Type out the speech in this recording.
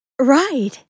right